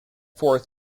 forth